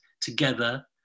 together